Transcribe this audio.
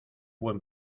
buen